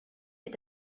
est